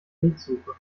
wegsuche